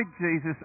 Jesus